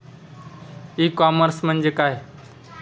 E commerce म्हणजे काय?